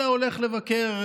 אלא הולך לבקר,